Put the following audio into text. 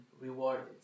rewarded